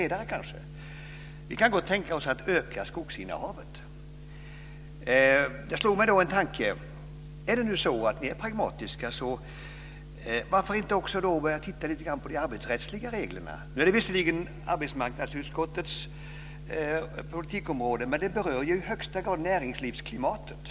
De kan gott tänka sig att öka skogsinnehavet. Jag slogs då av en tanke. Om man är pragmatisk, varför då inte också börja titta lite grann på de arbetsrättliga reglerna? Det är visserligen arbetsmarknadsutskottets politikområde, men det berör också i högsta grad näringslivsklimatet.